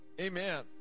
Amen